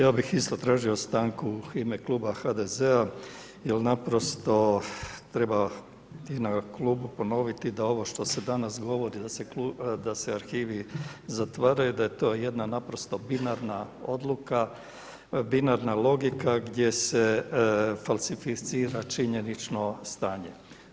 Ja bih isto traži stanku u ime kluba HDZ-a jer naprosto treba i na klubu ponoviti da ovo što se danas govori da se arhivi zatvaraju, da je to jedna naprosto binarna odluka, binarna logika gdje se falsificira činjenično stanje.